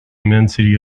immensity